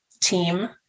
team